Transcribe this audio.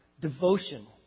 devotion